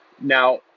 Now